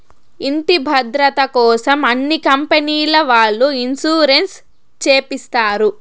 ఇంటి భద్రతకోసం అన్ని కంపెనీల వాళ్ళు ఇన్సూరెన్స్ చేపిస్తారు